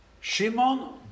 Shimon